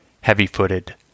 heavy-footed